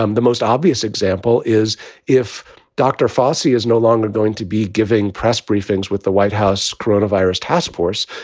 um the most obvious example is if dr. fauci is no longer going to be giving press briefings with the white house rotavirus task force,